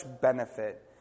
benefit